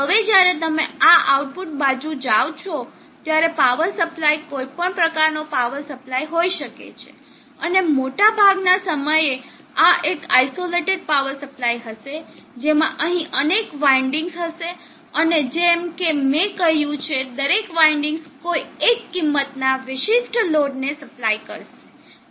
હવે જ્યારે તમે આ આઉટપુટ બાજુ પર જાઓ છો ત્યારે આ પાવર સપ્લાય કોઈપણ પ્રકારનો પાવર સપ્લાય હોઈ શકે છે અને મોટા ભાગના સમયે આ એક આઇસોલેટેડ પાવર સપ્લાય હશે જેમાં અહીં અનેક વાઈન્ડિંગ્સ હશે અને જેમ કે મેં કહ્યું છે દરેક વાઈન્ડિંગ કોઈ એક કિંમતના વિશિષ્ટ લોડ ને સપ્લાય કરશે